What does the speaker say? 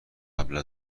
قبل